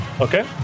Okay